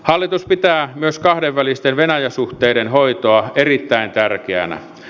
hallitus pitää myös kahdenvälisten venäjä suhteiden hoitoa erittäin tärkeänä